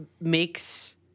makes